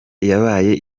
yabaye